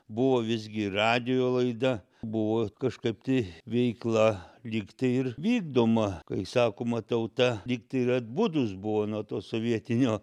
buvo visgi radijo laida buvo kažkaip tai veikla lygtai ir vykdoma kai sakoma tauta lygtai ir atbudus buvo nuo to sovietinio